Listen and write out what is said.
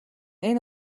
энэ